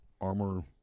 armor